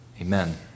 amen